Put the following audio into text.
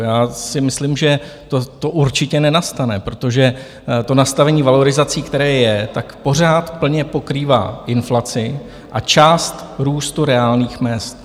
Já si myslím, že to určitě nenastane, protože nastavení valorizací, které je, pořád plně pokrývá inflaci a část růstu reálných mezd.